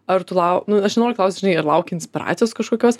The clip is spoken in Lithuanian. ar tu lau nu aš nenoriu klaust žinai ar lauki inspiracijos kažkokios